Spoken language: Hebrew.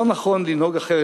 לא נכון לנהוג אחרת,